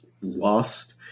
lost